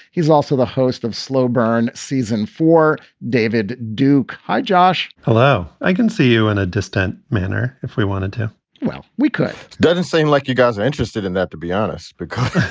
he's also the host of slow burn season for david duke. hi, josh hello. i can see you in a distant manner if we wanted to well, we could it doesn't seem like you guys are interested in that, to be honest, because